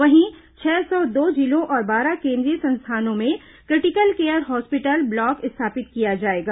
वहीं छह सौ दो जिलों और बारह केन्द्रीय संस्थानों में क्रिटिकल केयर हॉस्पिटल ब्लॉक स्थापित किया जाएगा